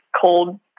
cold